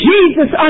Jesus